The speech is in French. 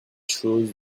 chose